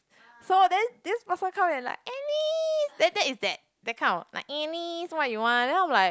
so then this person come and like Alice then that is that that kind of like Alice what you want then I'm like